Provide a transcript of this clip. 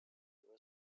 were